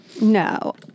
No